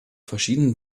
verschiedenen